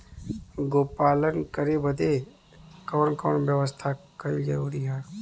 गोपालन करे बदे कवन कवन व्यवस्था कइल जरूरी ह?